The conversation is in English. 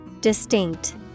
Distinct